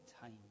time